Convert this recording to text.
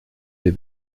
viel